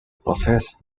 possessed